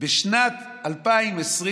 בשנת 2020,